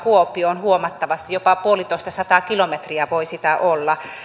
kuopioon kasvaa huomattavasti jopa puolitoistasataa kilometriä voi sitä olla